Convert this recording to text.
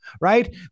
right